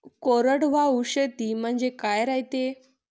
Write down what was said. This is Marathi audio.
कोरडवाहू शेती म्हनजे का रायते?